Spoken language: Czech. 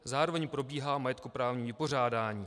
Zároveň probíhá majetkoprávní vypořádání.